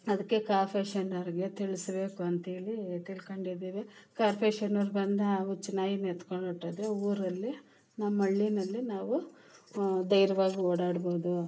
ಅದಕ್ಕೆ ಕಾಫೇಷನವ್ರಿಗೆ ತಿಳಿಸಬೇಕು ಅಂತ ಹೇಳಿ ತಿಳ್ಕೊಂಡಿದ್ದೀವಿ ಕಾರ್ಪೇಷನವ್ರು ಬಂದು ಆ ಹುಚ್ಚು ನಾಯಿನ ಎತ್ಕೊಂಡು ಹೊರಟೋದ್ರೆ ಊರಲ್ಲಿ ನಮ್ಮ ಹಳ್ಳಿಯಲ್ಲಿ ನಾವು ಧೈರ್ಯವಾಗಿ ಓಡಾಡ್ಬೋದು